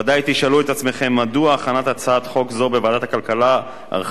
מדוע הכנת הצעת חוק זו בוועדת הכלכלה נמשכה פרק זמן כה ארוך?